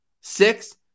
six